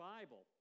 Bible